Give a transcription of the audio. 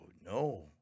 no